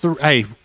Hey